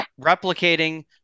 replicating